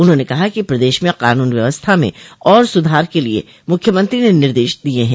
उन्होंने कहा कि प्रदेश में कानून व्यवस्था में और सुधार के लिये मुख्यमंत्री ने निर्देश दिये हैं